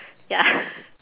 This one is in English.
ya